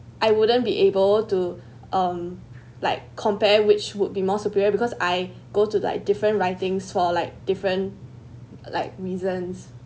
I wouldn't be able to um like compare which would be more superior because I go to the like different writings for like different like reasons